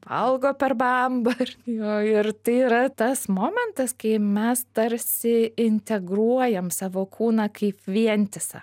valgo per bambą ar jo ir tai yra tas momentas kai mes tarsi integruojam savo kūną kaip vientisą